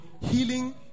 Healing